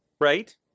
right